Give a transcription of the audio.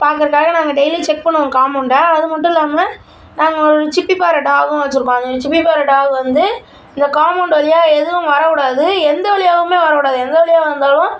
பாக்கறதுக்காக நாங்கள் டெய்லியும் செக் பண்ணுவோம் காம்பௌவுண்ட அது மட்டும் இல்லாமல் நாங்கள் ஒரு சிப்பிப்பாறை டாகும் வெச்சிருக்கோம் அந்த சிப்பிப்பாறை டாக் வந்து இந்த காம்மௌண்ட் வழியாக எதுவும் வரவிடாது எந்த வழியாகவுமே வரவிடாது எந்த வழியாக வந்தாலும்